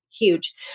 huge